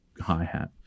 hi-hat